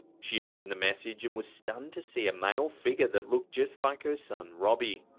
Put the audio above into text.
she opened the message, and was stunned to see a male figure that looked just like her son robbie.